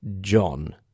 John